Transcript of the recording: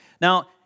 Now